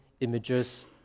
images